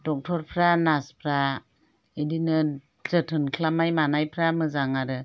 दक्ट'रफ्रा नार्सफ्रा बिदिनो जोथोन खालामनाय मानायफ्रा मोजां आरो